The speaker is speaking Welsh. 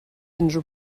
unrhyw